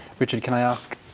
richard, can i ask,